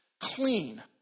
Clean